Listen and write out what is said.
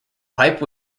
pipe